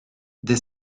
des